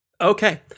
Okay